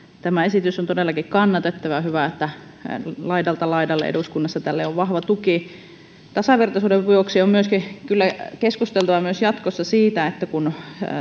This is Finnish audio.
tämä esitys on todellakin kannatettava ja on hyvä että laidalta laidalle eduskunnassa tälle on vahva tuki tasavertaisuuden vuoksi on kyllä keskusteltava jatkossa myös siitä kun